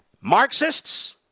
Marxists